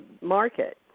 market